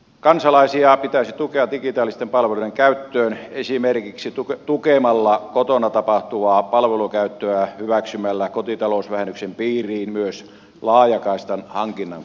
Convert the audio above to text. kansalaisia pitäisi tukea digitaalisten palveluiden käyttöön esimerkiksi tukemalla kotona tapahtuvaa palvelukäyttöä hyväksymällä kotitalousvähennyksen piiriin myös laajakaistan hankinnan kuluja